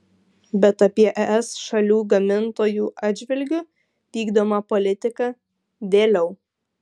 bet apie es šių gamintojų atžvilgiu vykdomą politiką vėliau